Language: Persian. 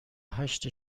هشت